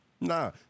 Nah